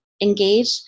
engage